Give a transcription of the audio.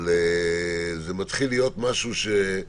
זה מתחיל להיות משהו כמו: